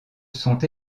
sont